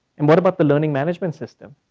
and what about the learning management system?